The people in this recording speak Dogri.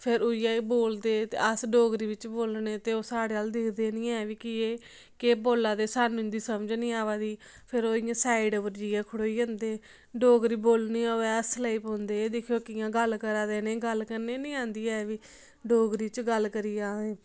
फिर उ'ऐ बोलदे ते अस डोगरी बिच्च बोलने ते ओह् साढ़े अ'ल्ल दिखदे निं ऐ कि जे एह् केह् बोला दे सानूं इंदी समझ निं आवै दी फिर ओह् इयां साइड पर जेइयै खड़ोई जंदे डोगरी बोलनी होऐ हस्सन लगी पोंदे एह् दिक्खो कि'यां गल्ल करा दे इनें गी गल्ल करना निं आंदी ऐ बी डोगरी च इनें गी गल्ल करी जा दे